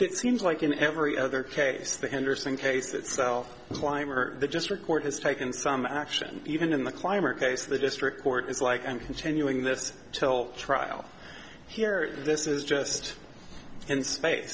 it seems like in every other case the henderson case itself clymer the just record has taken some action even in the climate case the district court is like i'm continuing this till trial here this is just in space